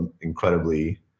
incredibly